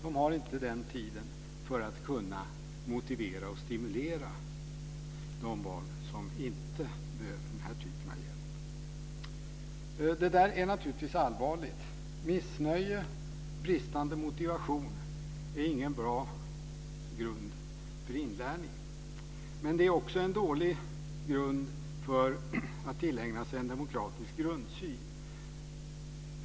De har inte den tiden för att kunna motivera och stimulera de barn som inte behöver den här typen av hjälp. Detta är naturligtvis allvarligt. Missnöje och bristande motivation är ingen bra grund för inlärning. Det är också en dålig grund för att tillägna sig en demokratisk grundsyn.